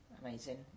amazing